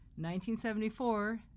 1974